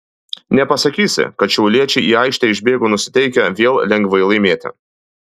nepasakysi kad šiauliečiai į aikštę išbėgo nusiteikę vėl lengvai laimėti